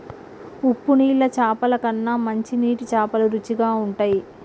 ఉప్పు నీళ్ల చాపల కన్నా మంచి నీటి చాపలు రుచిగ ఉంటయ్